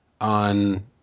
on